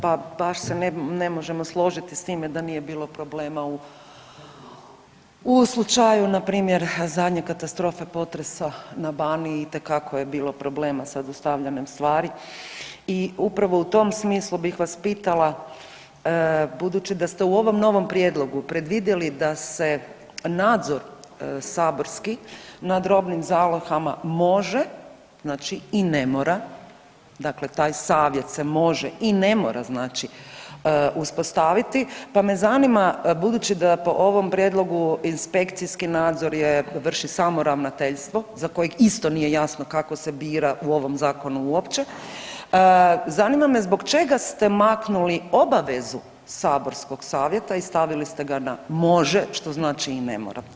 Pa, baš se ne možemo složiti s time da nije bilo problema u slučaju npr. zadnje katastrofe, potresa na Baniji, itekako je bilo problema sa dostavljanjem stvari i upravo u tom smislu bih vas pitala, budući da ste u ovom novom prijedlogu predvidjeli da se nadzor saborski nad robnim zalihama može, znači i ne mora, dakle taj Savjet se može i ne mora znači, uspostaviti, pa me zanima, budući da po ovom prijedlogu inspekcijski nadzor je, vrši samo Ravnateljstvo za kojeg isto nije jasno kako se bira u ovom Zakonu uopće, zanima me zbog čega ste maknuli obavezu saborskog Savjeta i stavili ste ga na može, što znači i ne mora.